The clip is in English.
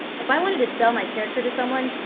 if i wanted to sell my character to someone,